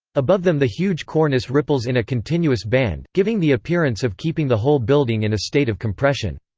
above them the huge cornice ripples in a continuous band, giving the appearance of keeping the whole building in a state of compression.